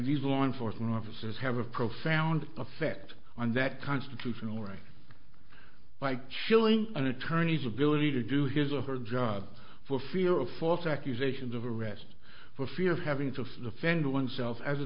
these law enforcement officers have a profound effect on that constitutional right by killing an attorney's ability to do his or her job for fear of false accusations of arrest for fear of having to offend oneself as a